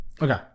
okay